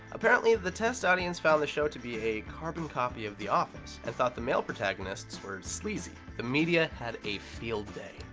apparently, the test audience found the show to be a carbon copy of the office and thought the male protagonists were sleazy. the media had a field day.